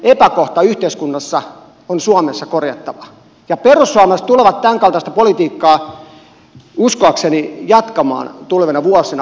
tämänkaltainen epäkohta yhteiskunnassa on suomessa korjattava ja perussuomalaiset tulevat tämänkaltaista politiikkaa uskoakseni jatkamaan tulevina vuosina